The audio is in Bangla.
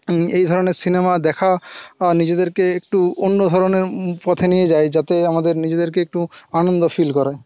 এই ধরনের সিনেমা দেখা নিজেদেরকে একটু অন্য ধরনের পথে নিয়ে যায় যাতে আমাদের নিজেদেরকে একটু আনন্দ ফিল করায়